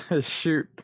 shoot